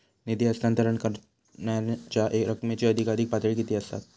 निधी हस्तांतरण करण्यांच्या रकमेची अधिकाधिक पातळी किती असात?